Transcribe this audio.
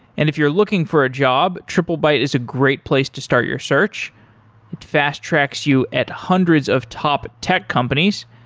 and if you're looking for a job, triplebyte is a great place to start your search. it fast tracks you at hundreds of top tech companies.